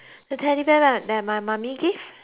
that my mummy give